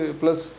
plus